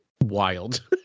wild